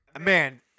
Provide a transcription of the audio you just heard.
Man